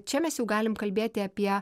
čia mes jau galime kalbėti apie